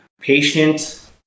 patient